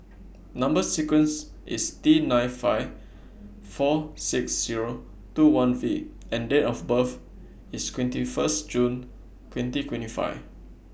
Number sequence IS T nine five four six Zero two one V and Date of birth IS twenty First June twenty twenty five